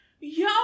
yo